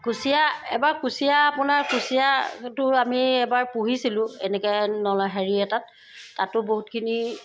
কুঁচিয়া এবাৰ কুঁচিয়া আপোনাৰ কুঁচিয়াটো আমি এবাৰ পুহিছিলোঁ এনেকৈ নলা হেৰি এটাত তাতো বহুতখিনি